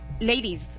Ladies